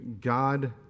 God